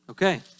Okay